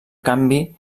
canvi